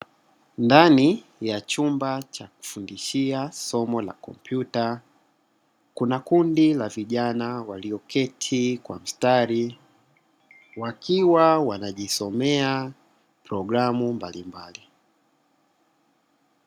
Ndani ya chumba cha kufundishia somo la kompyuta, kuna kundi la vijana walioketi kwa mstari. Wakiwa wanajisomea programu mbalimbali.